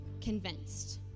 convinced